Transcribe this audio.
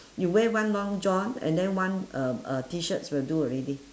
you wear one long john and then one uh uh T-shirts will do already